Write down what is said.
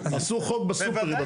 עשו חוק בסופרים,